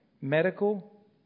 medical